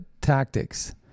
tactics